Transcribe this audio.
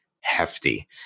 hefty